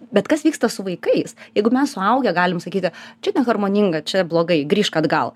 bet kas vyksta su vaikais jeigu mes suaugę galim sakyti čia neharmoninga čia blogai grįžk atgal